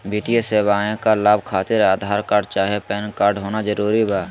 वित्तीय सेवाएं का लाभ खातिर आधार कार्ड चाहे पैन कार्ड होना जरूरी बा?